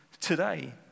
today